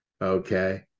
Okay